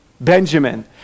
Benjamin